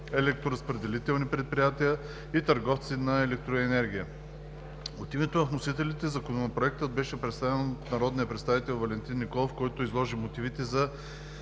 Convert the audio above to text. електроразпределителни предприятия и търговци на електроенергия. От името на вносителите Законопроектът беше представен от народния представител Валентин Николов, който изложи мотивите за